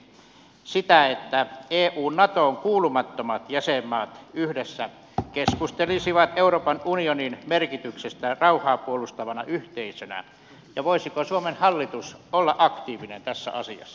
näettekö mahdolliseksi sitä että eun natoon kuulumattomat jäsenmaat yhdessä keskustelisivat euroopan unionin merkityksestä rauhaa puolustavana yhteisönä ja voisiko suomen hallitus olla aktiivinen tässä asiassa